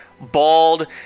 bald